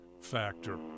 factor